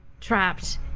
trapped